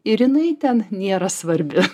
ir jinai ten nėra svarbi